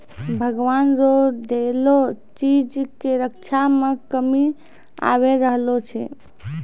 भगवान रो देलो चीज के रक्षा मे कमी आबी रहलो छै